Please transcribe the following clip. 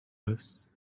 this